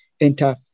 enter